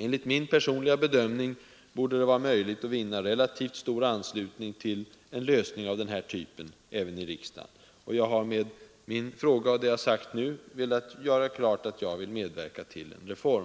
Enligt min personliga bedömning borde det vara möjligt att vinna relativt stor anslutning även i riksdagen till en lösning av den här typen. Jag har med min fråga och med vad jag nu har sagt velat göra klart att jag vill medverka till en reform.